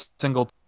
single